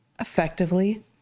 effectively